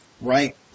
Right